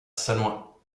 sannois